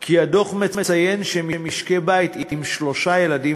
שהדוח מציין כי משקי בית עם שלושה ילדים